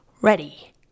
ready